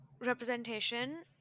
representation